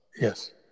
Yes